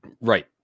right